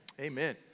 Amen